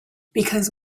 because